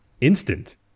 instant